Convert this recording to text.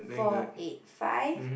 four eight five